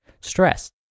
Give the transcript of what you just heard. stress